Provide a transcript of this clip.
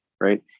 Right